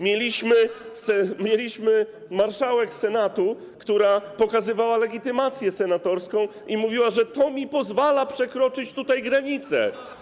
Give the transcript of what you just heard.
Mieliśmy marszałek Senatu, która pokazywała legitymację senatorską i mówiła, że to mi pozwala przekroczyć tutaj granicę.